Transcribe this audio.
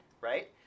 right